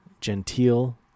genteel